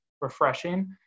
refreshing